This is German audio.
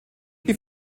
die